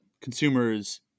consumers